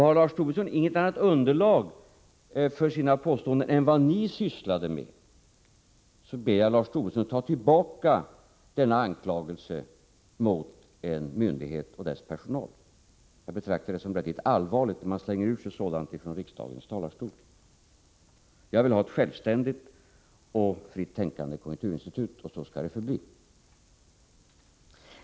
Har Lars Tobisson inget annat underlag för sina påståenden än vad de borgerliga sysslade med, ber jag Lars Tobisson ta tillbaka denna anklagelse mot en myndighet och dess personal. Jag betraktar det som mycket allvarligt att man slänger ur sig sådant från riksdagens talarstol. Jag vill ha ett självständigt och fritt tänkande konjunkturinstitut, och så skall det förbli.